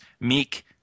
meek